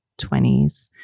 20s